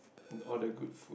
the all the good food